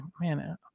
Man